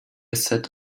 set